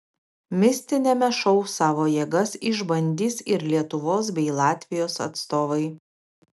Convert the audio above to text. mistiniame šou savo jėgas išbandys ir lietuvos bei latvijos atstovai